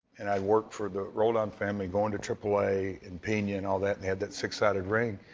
and i worked for the rowland family going into triple a and pinion all that and had that six sided ring.